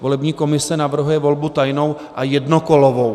Volební komise navrhuje volbu tajnou a jednokolovou.